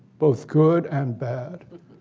both good and bad.